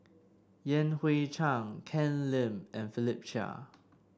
Yan Hui Chang Ken Lim and Philip Chia